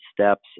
steps